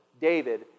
David